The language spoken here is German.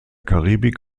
karibik